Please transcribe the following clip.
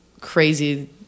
crazy